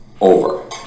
over